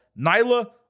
Nyla